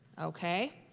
Okay